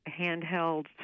handheld